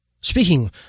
speaking